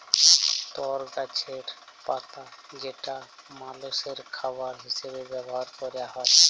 তর গাছের পাতা যেটা মালষের খাবার হিসেবে ব্যবহার ক্যরা হ্যয়